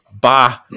Bah